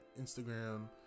instagram